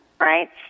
right